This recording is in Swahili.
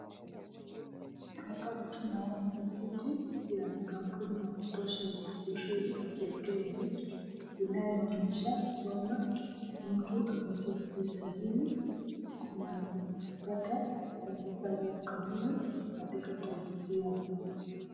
Hapa tunoana risiti ya kampuni ya kutoza ushuru ya KRA inayoonyesha kwamba mtu amejisajili na wameipata taarifa yao kamili katika tovuti yao.